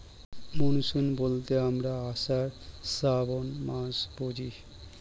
monsoon বলতে আমরা আষাঢ়, শ্রাবন মাস বুঝি